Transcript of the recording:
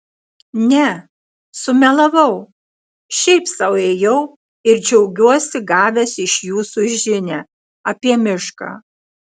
ne sumelavau šiaip sau ėjau ir džiaugiuosi gavęs iš jūsų žinią apie mišką